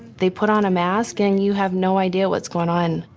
they put on a mask and you have no idea what's going on.